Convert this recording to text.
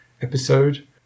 episode